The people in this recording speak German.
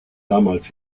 damals